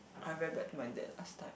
I'm very bad to my dad last time